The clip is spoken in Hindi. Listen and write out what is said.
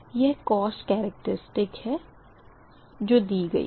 यह कोस्ट केरेकरिस्ट्रिक है जो दी गई है